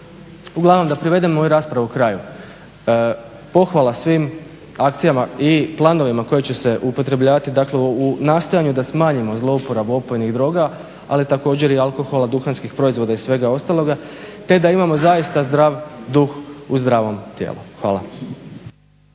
Uglavnom da privedem moju raspravu kraju, pohvala svim akcijama i planovima koji će se upotrebljavati, dakle u nastojanju da smanjimo zlouporabu opojnih droga, ali također i alkohola, duhanskih proizvoda i svega ostaloga, te da imamo zaista zdrav duh u zdravom tijelu. Hvala.